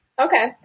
Okay